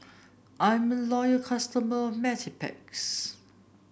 I'm a loyal customer of Mepilex